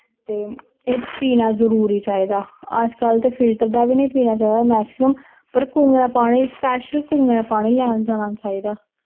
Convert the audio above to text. ते एह् पीना जरूरी चाहिदा अजकल्ल ते फिल्टर दा बी निं पीना चाहिदा मैक्सिमम पर कूएं दा पानी स्पैशल कूएं दा पानी लैन जाना चाहिदा